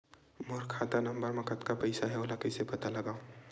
मोर खाता नंबर मा कतका पईसा हे ओला कइसे पता लगी?